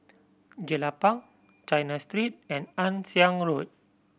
Jelapang China Street and Ann Siang Road